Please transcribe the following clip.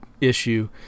issue